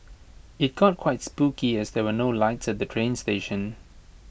IT got quite spooky as there were no lights at the train station